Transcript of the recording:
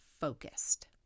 focused